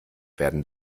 werden